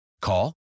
Call